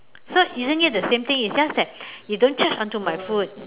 so isn't it the same thing it's just that you don't charge onto my phone